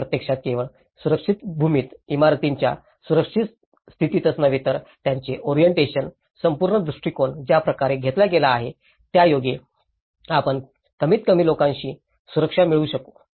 आणि प्रत्यक्षात केवळ सुरक्षित भूमीत इमारतींच्या सुरक्षित स्थितीतच नव्हे तर त्यांचे ओरिएन्टेशन संपूर्ण दृष्टीकोन ज्या प्रकारे घेतला गेला आहे त्यायोगे आपण कमीतकमी लोकांची सुरक्षा मिळवू शकू